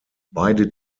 beide